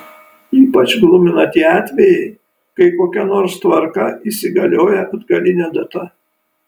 ypač glumina tie atvejai kai kokia nors tvarka įsigalioja atgaline data